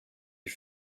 die